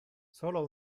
solo